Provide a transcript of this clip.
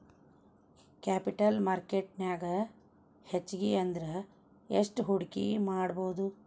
Capital market ನ್ಯಾಗ್ ಹೆಚ್ಗಿ ಅಂದ್ರ ಯೆಸ್ಟ್ ಹೂಡ್ಕಿಮಾಡ್ಬೊದು?